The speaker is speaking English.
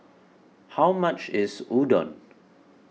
how much is Udon